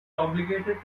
obligated